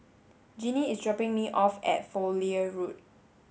Genie is dropping me off at Fowlie Road